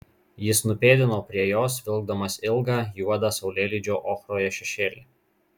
jis nupėdino prie jos vilkdamas ilgą juodą saulėlydžio ochroje šešėlį